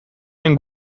den